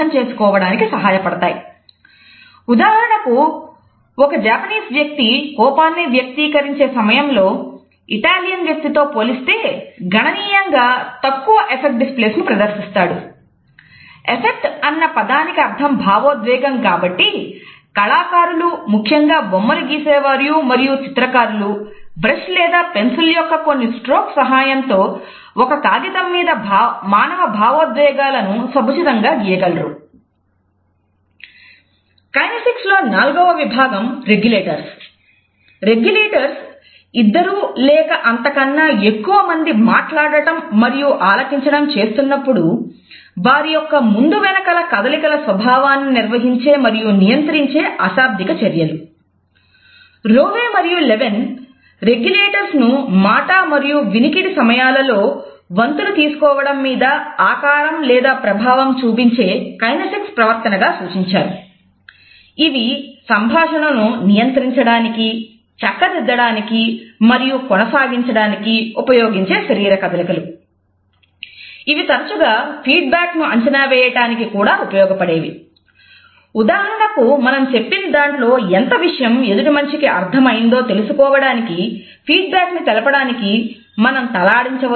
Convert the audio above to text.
affect displays సహాయంతో ఒక కాగితం మీద మానవ భావోద్వేగాలను సముచితంగా గీయగలరు